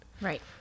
Right